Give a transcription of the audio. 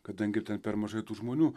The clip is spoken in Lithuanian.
kadangi ten per mažai tų žmonių